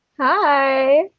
Hi